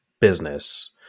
business